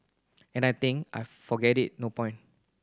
and I think I forget it no point